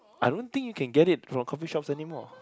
I don't think you can get it from coffeeshops anymore